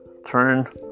Turn